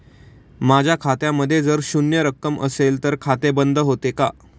माझ्या खात्यामध्ये जर शून्य रक्कम असेल तर खाते बंद होते का?